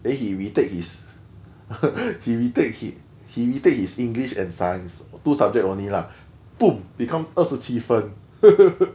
then he re-take his he re-take he he re-take his english and science two subjects only lah poom become 二十七分